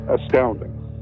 astounding